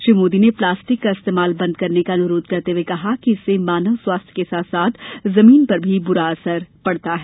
श्री मोदी ने प्लास्टिक का इस्तेमाल बंद करने का अनुरोध करते हुए कहा कि इससे मानव स्वास्थ्य के साथ साथ जमीन पर भी बुरा प्रभाव पडता है